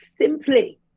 simply